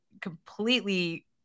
completely